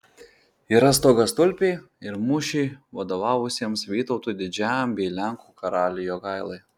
yra stogastulpiai ir mūšiui vadovavusiems vytautui didžiajam bei lenkų karaliui jogailai